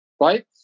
Right